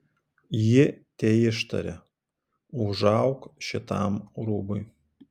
ji teištarė užauk šitam rūbui